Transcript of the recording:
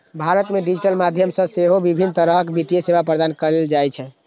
भारत मे डिजिटल माध्यम सं सेहो विभिन्न तरहक वित्तीय सेवा प्रदान कैल जाइ छै